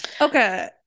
okay